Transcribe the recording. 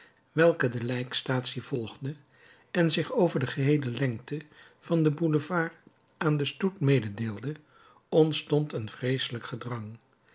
welke de lijkstaatsie volgde en zich over de geheele lengte van den boulevard aan den stoet mededeelde ontstond een vreeselijk gedrang